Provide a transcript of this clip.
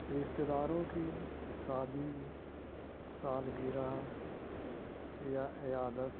رشتے داروں کی سادی سال گرا یا عیاادت